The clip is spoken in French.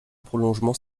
prolongement